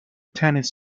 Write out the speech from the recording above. tennis